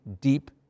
deep